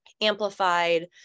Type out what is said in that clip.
amplified